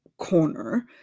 corner